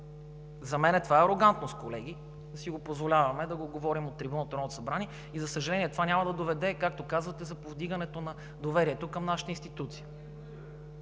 За мен това е арогантност, колеги, да си позволяваме да го говорим от трибуната на Народното събрание и, за съжаление, това няма да доведе, както казвате, до повдигането на доверието към нашата институция.